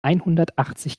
einhundertachzig